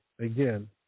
again